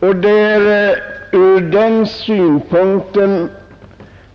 Det är ur den synpunkten